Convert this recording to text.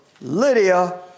Lydia